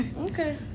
okay